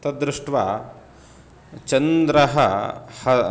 तद्दृष्ट्वा चन्द्रः